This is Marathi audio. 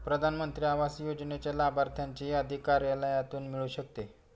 प्रधान मंत्री आवास योजनेच्या लाभार्थ्यांची यादी कार्यालयातून मिळू शकते